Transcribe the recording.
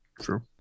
True